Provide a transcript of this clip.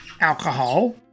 alcohol